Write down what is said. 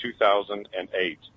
2008